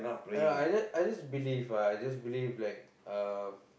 I don't know I just I just believe ah I just believe like uh